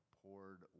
poured